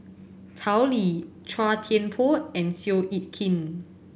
Tao Li Chua Thian Poh and Seow Yit Kin